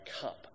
cup